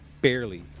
barely